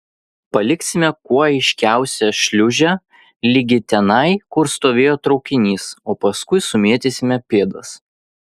paliksime kuo aiškiausią šliūžę ligi tenai kur stovėjo traukinys o paskui sumėtysime pėdas